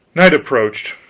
night approached,